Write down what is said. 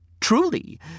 Truly